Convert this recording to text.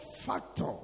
factor